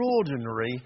extraordinary